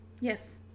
Yes